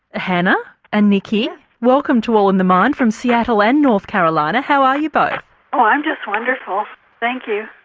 hannah and nikki welcome to all in the mind from seattle and north carolina. how are you both? oh i'm just wonderful thank you.